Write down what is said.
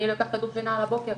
אני לא אקח כדור שינה על הבוקר,